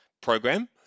program